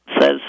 says